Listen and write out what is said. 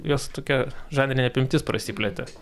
jos tokia žanrinė apimtis prasiplėtė